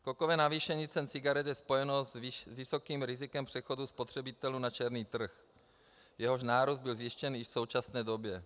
Skokové navýšení cen cigaret je spojeno s vysokým rizikem přechodu spotřebitelů na černý trh, jehož nárůst byl zjištěn i v současné době.